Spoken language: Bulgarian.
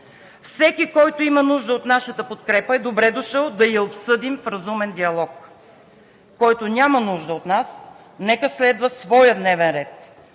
Всеки, който има нужда от нашата подкрепа, е добре дошъл да я обсъдим в разумен диалог, а който няма нужда от нас, нека следва своя дневен ред,